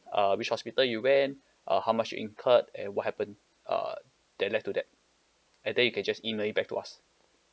uh which hospital you went uh how much you incurred and what happened uh that led to that and then you can just email it back to us